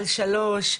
על שלושה שקלים.